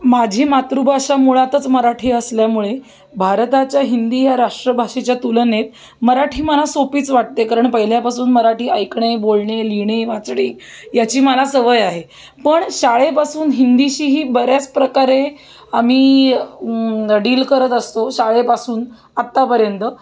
माझी मातृभाषा मुळातच मराठी असल्यामुळे भारताच्या हिंदी ह्या राष्ट्रभाषेच्या तुलनेत मराठी मला सोपीच वाटते कारण पहिल्यापासून मराठी ऐकणे बोलणे लिहिणे वाचणे याची मला सवय आहे पण शाळेपासून हिंदीशीही बऱ्याच प्रकारे आम्ही डील करत असतो शाळेपासून आत्तापर्यंत